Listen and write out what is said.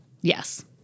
Yes